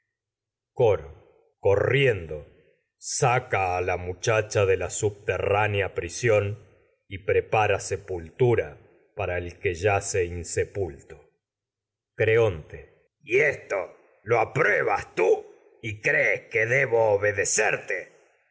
corriendo saca a la muchacha de la subte prisión y prepara sepultura para el que yace insepulto creonte obedecerte coro t cuanto los y esto lo apruebas tú y crees que debo